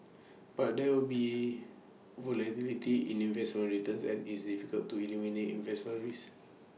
but there will be volatility in investment returns and is difficult to eliminate investment risk